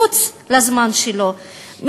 מחוץ לזמן שלו,